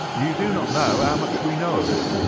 you do not know how much we know of it